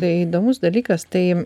tai įdomus dalykas tai